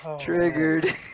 Triggered